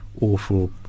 awful